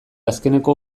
azkeneko